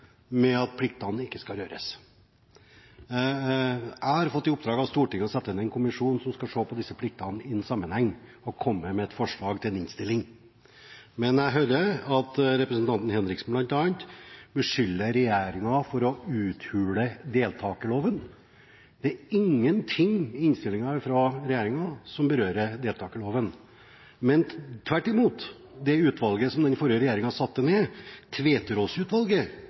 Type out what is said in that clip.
med at pliktene ikke skal røres. Jeg har fått i oppdrag av Stortinget å sette ned en kommisjon som skal se på disse pliktene i sammenheng og komme med et forslag til innstilling. Men jeg hører at representanten Henriksen, bl.a., beskylder regjeringen for å uthule deltakerloven. Det er ingenting i meldingen fra regjeringen som berører deltakerloven. Men – tvert imot – det utvalget som den forrige regjeringen satte ned,